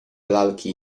lalki